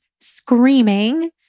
screaming